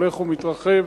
הולך ומתרחב,